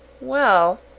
Well